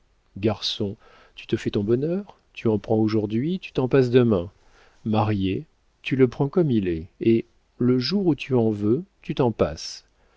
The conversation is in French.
garçon tu te fais ton bonheur tu en prends aujourd'hui tu t'en passes demain marié tu le prends comme il est et le jour où tu en veux tu t'en passes